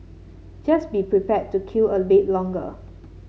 just be prepared to queue a bit longer